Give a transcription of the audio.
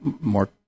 more